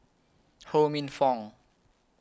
Ho Minfong